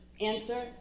Answer